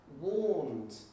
warned